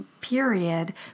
period